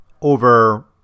over